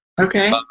Okay